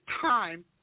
time